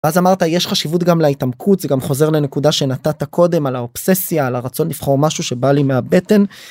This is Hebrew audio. אז אמרת יש חשיבות גם להתעמקות זה גם חוזר לנקודה שנתת קודם על האובססיה על הרצון לבחור משהו שבא לי מהבטן.